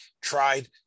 tried